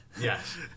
Yes